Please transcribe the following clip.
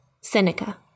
Seneca